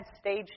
stage